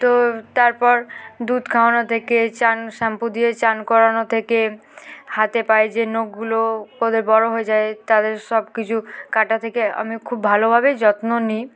তো তারপর দুধ খাওয়ানো থেকে স্নান শ্যাম্পু দিয়ে স্নান করানো থেকে হাতে পায়ে যে নখগুলো ওদের বড় হয়ে যায় তাদের সব কিছু কাটা থেকে আমি খুব ভালোভাবেই যত্ন নিই